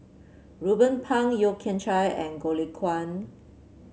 Ruben Pang Yeo Kian Chai and Goh Lay Kuan